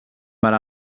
per